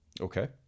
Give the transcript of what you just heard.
Okay